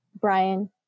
Brian